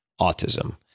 autism